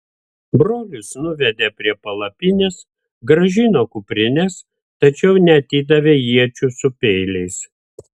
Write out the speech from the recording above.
brolius nuvedė prie palapinės grąžino kuprines tačiau neatidavė iečių su peiliais